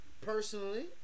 personally